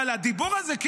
אבל הדיבור הזה,